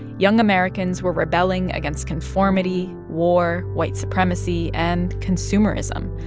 young americans were rebelling against conformity, war, white supremacy and consumerism.